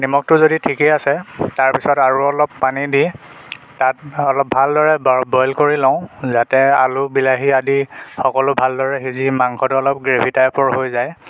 নিমখটো যদি ঠিকেই আছে তাৰপিছত আৰু অলপ পানী দি তাত অলপ ভালদৰে ব বইল কৰি লওঁ যাতে আলু বিলাহী আদি সকলো ভালদৰে সিজি মাংসটো অলপ গ্ৰেভি টাইপৰ হৈ যায়